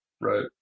right